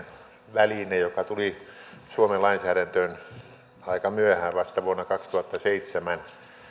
väline joka tuli suomen lainsäädäntöön aika myöhään vasta vuonna kaksituhattaseitsemän